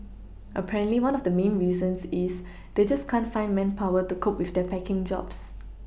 apparently one of the main reasons is they just can't find manpower to cope with their packing jobs